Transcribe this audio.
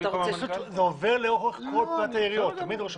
תמיד ראש